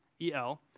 E-L